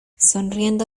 sonriendo